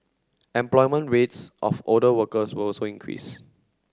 employment rates of older workers will also increase